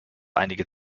einige